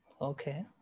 okay